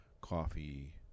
coffee